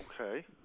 Okay